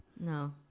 No